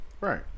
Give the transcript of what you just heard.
Right